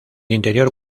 interior